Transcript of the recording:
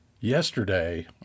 Yesterday